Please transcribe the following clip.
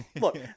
look